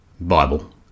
Bible